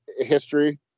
history